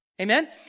Amen